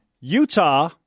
Utah